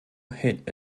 hit